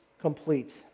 complete